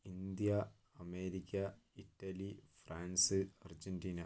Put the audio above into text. India America Italy France Argentina